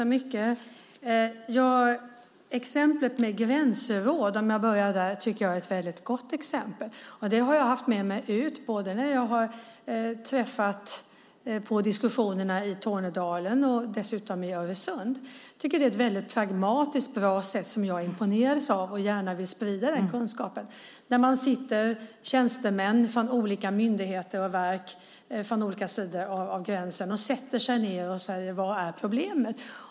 Fru talman! Exemplet med gränsråd, för att börja där, tycker jag är ett väldigt gott exempel. Det har jag haft med mig vid diskussionerna både i Tornedalen och i Öresund. Jag tycker att det är ett väldigt pragmatiskt bra sätt som jag imponerats av, och jag vill gärna sprida den kunskapen. Tjänstemän från olika myndigheter och verk från båda sidor av gränsen sätter sig ned och diskuterar vad som är problemet.